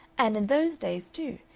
and in those days, too,